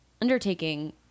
Undertaking